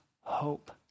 hope